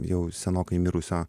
jau senokai mirusio